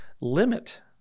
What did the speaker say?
limit